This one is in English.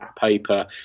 paper